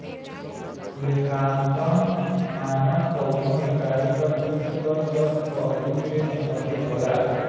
लेखांकन मानक कउनो इकाई क वित्त क सब पहलु से संबंधित होला